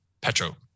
petro